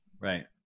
Right